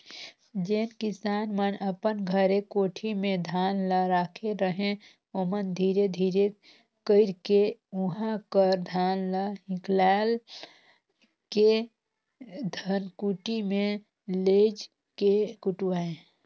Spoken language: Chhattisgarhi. जेन किसान मन अपन घरे कोठी में धान ल राखे रहें ओमन धीरे धीरे कइरके उहां कर धान ल हिंकाएल के धनकुट्टी में लेइज के कुटवाएं